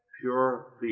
pure